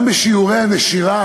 גם בשיעורי הנשירה,